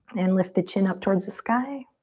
and lift the chin up towards the sky.